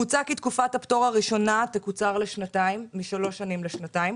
מוצע כי תקופת הפטור הראשונה תקוצר משלוש שנים לשנתיים